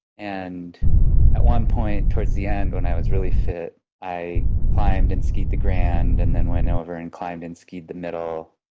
and at one point towards the end when i was really fit, i climbed and skied the grand, and then went over and and skied the middle,